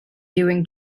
doing